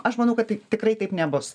aš manau kad taip tikrai taip nebus